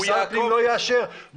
משרד הפנים לא יאשר --- לא, הוא יעקוב.